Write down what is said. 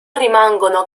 rimangono